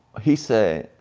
he said,